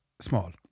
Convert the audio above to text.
small